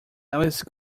alice